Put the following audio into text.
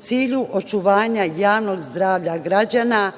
cilju očuvanja javnog zdravlja građana